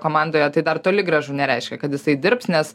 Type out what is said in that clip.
komandoje tai dar toli gražu nereiškia kad jisai dirbs nes